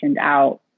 out